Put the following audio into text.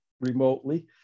remotely